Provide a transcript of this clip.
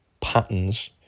patterns